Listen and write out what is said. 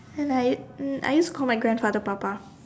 and I I used to call my grandfather pa pa